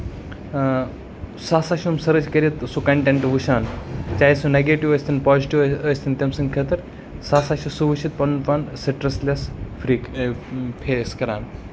آ سۄ ہسا چھِ یِم سٔرٕچ کٔرِتھ سُہ کَنٹینٹ وُچھان چاہے سُہ نیگیٹیو ٲستٮ۪ن پازِٹِو ٲستٮ۪ن تمہِ سٔند خٲطرٕ سُہ ہسا چھُ سُہ وُچھِتھ پَنُن پان سِٹریس لیس فیس کران